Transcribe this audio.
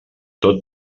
tot